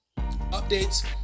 updates